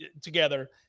together